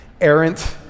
errant